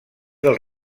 del